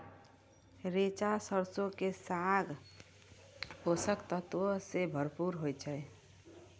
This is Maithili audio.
रैचा सरसो के साग पोषक तत्वो से भरपूर होय छै